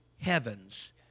heavens